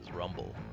Rumble